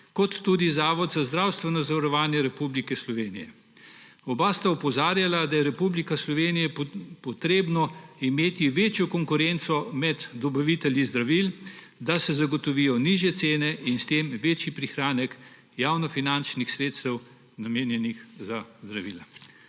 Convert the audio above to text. kot tudi Zavod za zdravstveno zavarovanje Republike Slovenije. Oba sta opozarjala, da je v Republiki Sloveniji potrebno imeti večjo konkurenco med dobavitelji zdravil, da se zagotovijo nižje cene in s tem večji prihranek javnofinančnih sredstev namenjenih za zdravila.